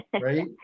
right